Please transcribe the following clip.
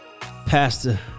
Pastor